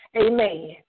Amen